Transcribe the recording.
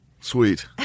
Sweet